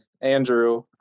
Andrew